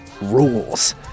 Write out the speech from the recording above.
rules